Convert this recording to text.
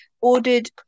ordered